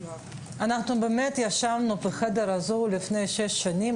אנחנו באמת ישבנו בחדר ליד החדר הזה לפני שש שנים.